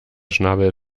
schnabel